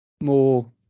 More